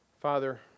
Father